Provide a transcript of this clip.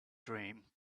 dream